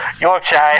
Yorkshire